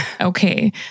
okay